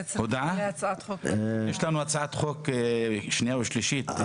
יש לנו הצעת חוק שנייה ושלישית.